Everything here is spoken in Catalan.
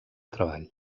treball